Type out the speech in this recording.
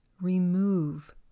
Remove